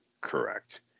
Correct